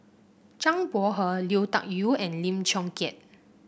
Zhang Bohe Lui Tuck Yew and Lim Chong Keat